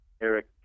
Eric